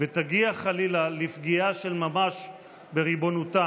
ותגיע חלילה לפגיעה של ממש בריבונותה.